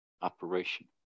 operation